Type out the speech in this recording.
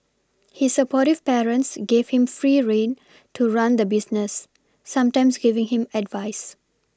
his supportive parents gave him free rein to run the business sometimes giving him advice